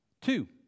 Two